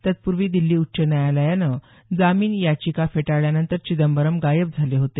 तत्पूर्वी दिछ्ली उच्च न्यायालयानं जामिन याचिका फेटाळल्यानंतर चिदंबरम गायब झाले होते